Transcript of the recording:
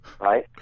right